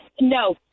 No